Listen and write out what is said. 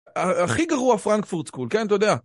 הכי גרוע פרנקפורט סקול, כן, אתה יודע.